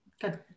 Good